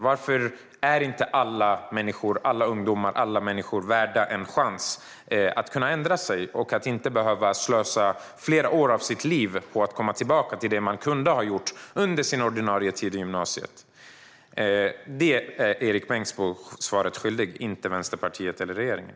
Varför är inte alla ungdomar och alla människor värda en chans att ändra sig och inte behöva slösa flera år av sitt liv på att komma tillbaka till det de kunde ha gjort under sin ordinarie tid i gymnasiet? Där är Erik Bengtzboe svaret skyldig, inte Vänsterpartiet eller regeringen.